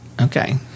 Okay